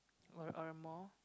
or or more